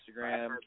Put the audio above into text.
Instagram